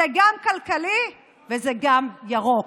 זה גם כלכלי וזה גם ירוק.